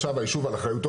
עכשיו היישוב על אחריותו,